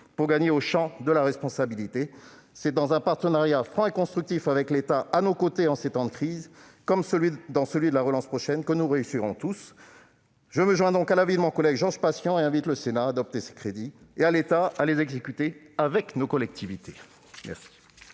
pour gagner au champ de la responsabilité. C'est dans un partenariat franc et constructif avec l'État, qui est à nos côtés en ces temps de crise comme lors de la relance prochaine, que nous réussirons tous. Je me joins donc à l'avis de mon collègue Georges Patient en invitant le Sénat à adopter ces crédits et l'État à les exécuter avec nos collectivités.